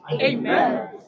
Amen